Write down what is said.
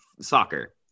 Soccer